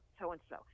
so-and-so